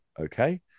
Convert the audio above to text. Okay